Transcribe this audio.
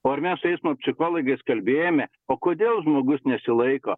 o ar mes eismo psichologės kalbėjome o kodėl žmogus nesilaiko